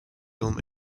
film